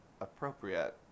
appropriate